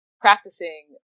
practicing